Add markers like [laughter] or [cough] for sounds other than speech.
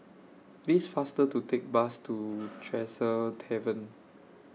It's faster to Take Bus to [noise] Tresor Tavern